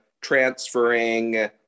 transferring